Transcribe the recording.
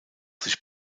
sich